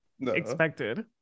expected